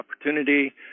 Opportunity